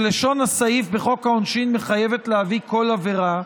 שלשון הסעיף בחוק העונשין מחייבת להביא כל עבירה,